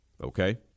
Okay